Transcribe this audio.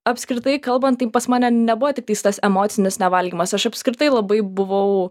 apskritai kalbant tai pas mane nebuvo tik tais tas emocinis nevalgymas aš apskritai labai buvau